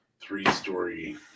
three-story